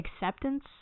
acceptance